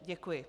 Děkuji.